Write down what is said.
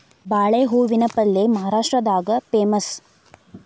ಬಾಳೆ ಹೂವಿನ ಪಲ್ಯೆ ಮಹಾರಾಷ್ಟ್ರದಾಗ ಪೇಮಸ್